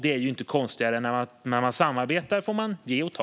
Det är inte konstigare än att man när man samarbetar får ge och ta.